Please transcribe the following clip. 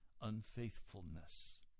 unfaithfulness